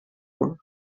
punt